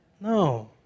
No